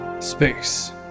space